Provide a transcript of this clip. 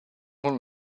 con